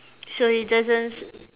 so it doesn't